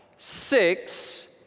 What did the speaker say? Six